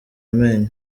amenyo